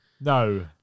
No